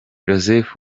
joseph